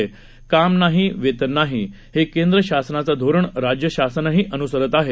काम नाही वेतन नाही हे केंद्र शासनाचं धोरण राज्य शासनही अनुसरत आहे